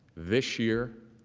this year,